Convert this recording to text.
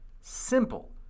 Simple